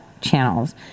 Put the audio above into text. channels